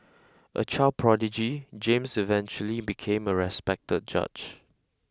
a child prodigy James eventually became a respected judge